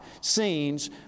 scenes